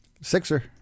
Sixer